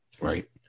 Right